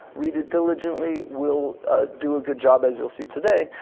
read it diligently, we'll do a good job as you'll see today,